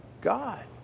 God